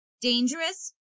Dangerous